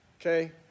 Okay